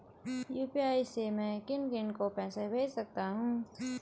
UPI से मैं किन किन को पैसे भेज सकता हूँ?